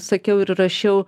sakiau ir rašiau